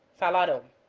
falado